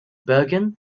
bergen